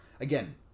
again